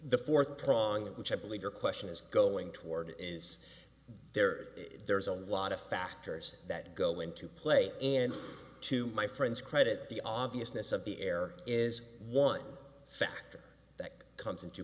the fourth prong which i believe your question is going toward is there there's a lot of factors that go into play and to my friends credit the obviousness of the air is one factor that comes into